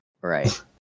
Right